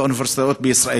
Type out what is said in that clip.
באוניברסיטאות בישראל?